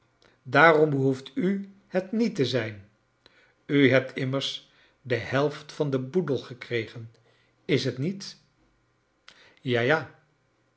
daarom behoeft u het niet te zijn ii hebt immers de heift van den boedel gekregen is t niet kleine dorrit ja ja